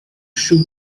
shoot